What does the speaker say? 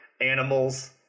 animals